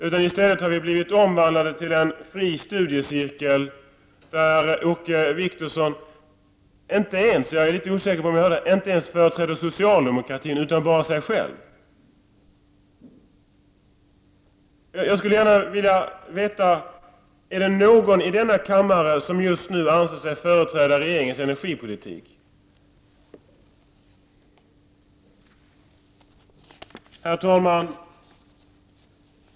I stället har detta blivit omvandlat till en fri studiecirkel, där Åke Wictorsson inte ens företräder socialdemokraterna — jag är inte säker på om jag hörde rätt — utan bara sig själv. Jag skulle gärna vilja veta om det finns någon i denna kammare som just nu anser sig företräda regeringens energipolitik. Herr talman!